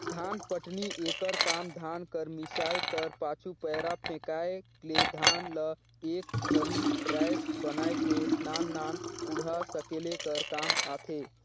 धानपटनी एकर काम धान कर मिसाए कर पाछू, पैरा फेकाए ले धान ल एक घरी राएस बनाए के नान नान कूढ़ा सकेले कर काम आथे